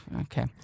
Okay